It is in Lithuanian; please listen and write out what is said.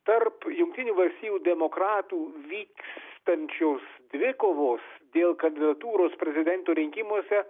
tarp jungtinių valstijų demokratų vykstančios dvikovos dėl kandidatūros prezidento rinkimuose